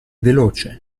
veloce